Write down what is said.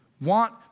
want